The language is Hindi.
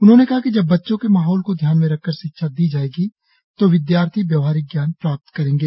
उन्होंने कहा कि जब बच्चों के माहौल को ध्यान में रखकर शिक्षा दी जायेगी तो विद्यार्थी व्यवहारिक ज्ञान प्राप्त करेंगे